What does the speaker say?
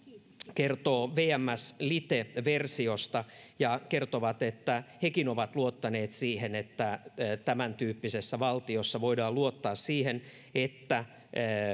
kertoo vms lite versiosta ja he kertovat että hekin ovat luottaneet siihen että tämäntyyppisessä valtiossa voidaan luottaa siihen että